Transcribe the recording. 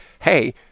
hey